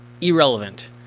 irrelevant